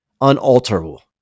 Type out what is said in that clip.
unalterable